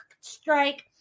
strike